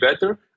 better